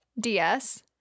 DS